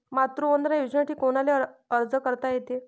मातृवंदना योजनेसाठी कोनाले अर्ज करता येते?